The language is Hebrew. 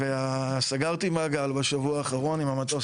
סגרתי מעגל בשבוע האחרון עם המטוס